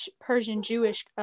Persian-Jewish